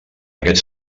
aquest